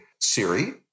Siri